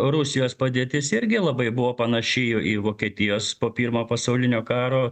rusijos padėtis irgi labai buvo panaši į į vokietijos po pirmojo pasaulinio karo